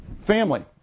family